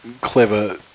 clever